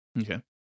okay